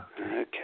Okay